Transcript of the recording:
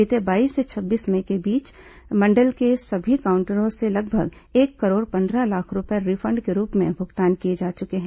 बीते बाईस से छब्बीस मई के बीच मंडल के सभी काउंटरों से लगभग एक करोड़ पंद्रह लाख रूपये रिफंड के रूप में भुगतान किए जा चुके हैं